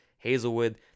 Hazelwood